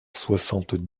soixante